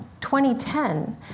2010